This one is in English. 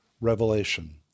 revelation